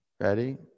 Ready